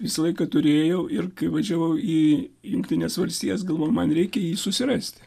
visą laiką turėjau ir kai važiavau į jungtines valstijas galvojau man reikia jį susirasti